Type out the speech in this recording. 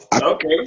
Okay